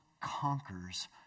conquers